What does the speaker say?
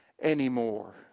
anymore